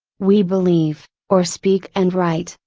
we believe, or speak and write,